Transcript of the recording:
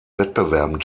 wettbewerben